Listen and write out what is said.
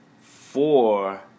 four